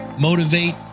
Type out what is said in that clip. motivate